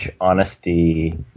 honesty